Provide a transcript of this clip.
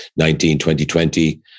2020